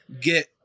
get